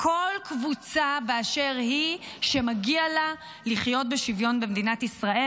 כל קבוצה באשר היא שמגיע לה לחיות בשוויון במדינת ישראל.